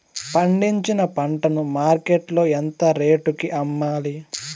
పండించిన పంట ను మార్కెట్ లో ఎంత రేటుకి అమ్మాలి?